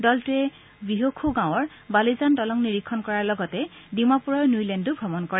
দলটোৱে ৱিহোখু গাঁৱৰ বালিজান দলং নিৰীক্ষণ কৰাৰ লগতে ডিমাপুৰৰ নুইলেণ্ডো ভ্ৰমণ কৰে